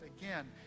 Again